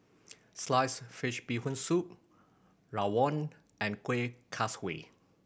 sliced fish Bee Hoon Soup rawon and Kueh Kaswi